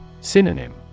Synonym